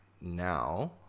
now